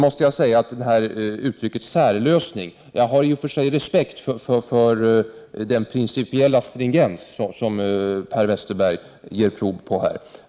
Beträffande uttrycket särlösning vill jag säga att jag i och för sig har respekt för den principiella stringens som Per Westerberg ger prov på.